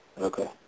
Okay